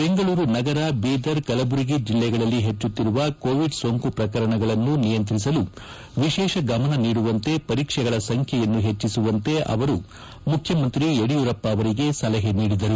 ಬೆಂಗಳೂರು ನಗರ ಬೀದರ್ ಕಲಬುರಗಿ ಜಿಲ್ಲೆಗಳಲ್ಲಿ ಹೆಚ್ಚುಕ್ತಿರುವ ಕೋವಡ್ ಸೋಂಕು ಪ್ರಕರಣಗಳನ್ನು ನಿಯಂತ್ರಿಸಲು ವಿಶೇಷ ಗಮನ ನೀಡುವಂತೆ ಪರೀಕ್ಷೆಗಳ ಸಂಖ್ಯೆಯನ್ನು ಹೆಚ್ಚಿಸುವಂತೆ ಅವರು ಮುಖ್ಯಮಂತ್ರಿ ಯಡಿಯೂರಪ್ಪ ಅವರಿಗೆ ಸಲಹೆ ನೀಡಿದರು